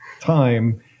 time